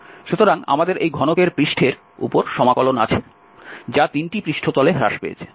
সুতরাং আমাদের এই ঘনকের পৃষ্ঠের উপর সমাকলন আছে যা তিনটি পৃষ্ঠতলে হ্রাস পেয়েছে